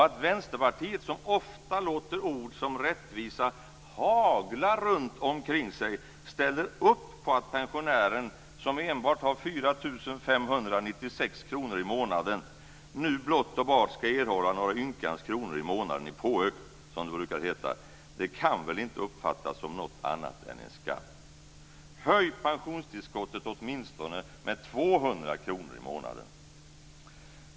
Att Vänsterpartiet, som ofta låter ord som rättvisa hagla runtomkring sig, ställer upp på att pensionären som enbart har 4 596 kr i månaden nu blott och bart ska erhålla några ynka kronor i månaden i påökt som det brukar heta, kan väl inte uppfattas som något annat än en skam. Höj pensionstillskottet med åtminstone 200 kr i månaden!